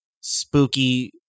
spooky